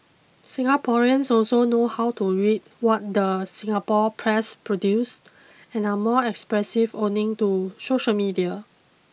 Singaporeans also know how to read what the Singapore press produce and are more expressive owing to social media